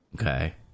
Okay